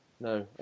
no